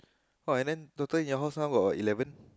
oh and then total in your house now got what eleven